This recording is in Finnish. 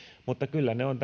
mutta kyllä ovat